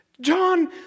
John